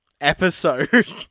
episode